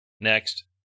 Next